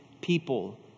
people